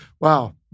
wow